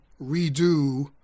redo